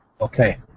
Okay